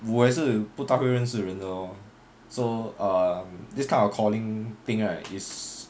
我也是不大会认识人的 lor so err this kind of calling thing right is